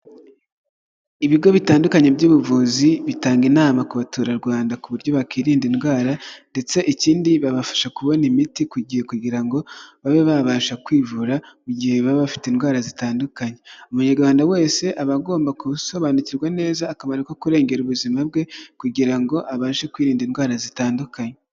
Ibigo bitandukanye by'ubuvuzi bitanga inama ku Baturarwanda, ku buryo bakwirinda indwara, ndetse ikindi babafasha kubona imiti ku gihe kugira ngo babe babasha kwivura mu gihe baba bafite indwara zitandukanye, Umunyarwanda wese aba agomba gusobanukirwa neza akamaro ko kurengera ubuzima bwe kugira ngo abashe kwirinda indwara zitandukanye.